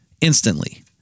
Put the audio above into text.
instantly